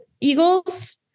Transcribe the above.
Eagles